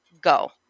go